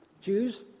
Jews